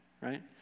right